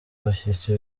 abashyitsi